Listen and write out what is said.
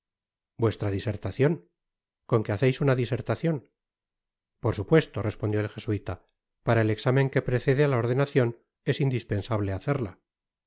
vuestra disertacion con qué haceis una disertacion por supuesto respondió el jesuíta para el exámen que precede á la ordenacion es indispensable hacerla